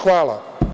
Hvala.